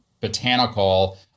botanical